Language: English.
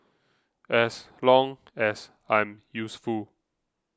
as long as I'm useful